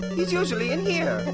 he's usually in here.